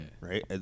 Right